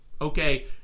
okay